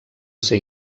ser